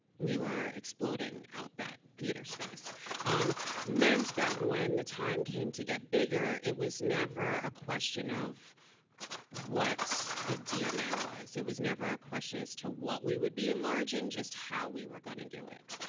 we were exploding out that theater space meant that when the time came to get bigger, it was never a question of what the dna was. it was never a question as to what we would be enlarging, just how we were going to do it.